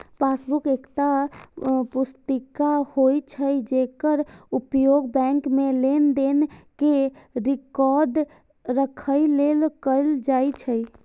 passbook एकटा पुस्तिका होइ छै, जेकर उपयोग बैंक मे लेनदेन के रिकॉर्ड राखै लेल कैल जाइ छै